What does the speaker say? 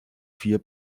vier